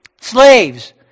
Slaves